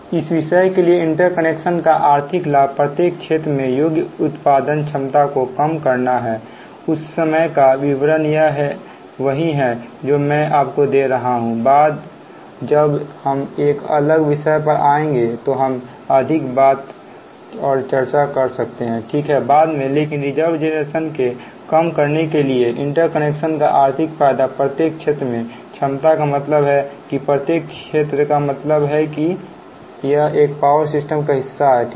इस विषय के लिए इंटरकनेक्शन का आर्थिक लाभ प्रत्येक क्षेत्र में योग्य उत्पादन क्षमता को कम करना है इस समय का विवरण यह वही है जो मैं आपको दे रहा हूं बात जब हम एक अलग विषय पर आएंगे तो अधिक बात हम चर्चा कर सकते हैं ठीक बाद में लेकिन रिजर्व जेनरेशन को कम करने के लिए इंटरकनेक्शन का आर्थिक फायदा प्रत्येक क्षेत्र में क्षमता का मतलब है कि प्रत्येक क्षेत्र का मतलब है कि यह एक पावर सिस्टम का हिस्सा है ठीक है